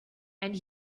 and